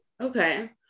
Okay